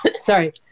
sorry